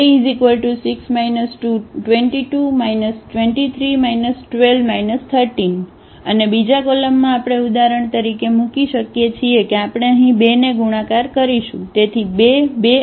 A6 2 2 2 3 1 2 1 3 અને બીજા કોલમમાં આપણે ઉદાહરણ તરીકે મૂકી શકીએ છીએ કે આપણે અહીં 2 ને ગુણાકાર કરીશું તેથી 2 2 અને 8